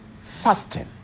fasting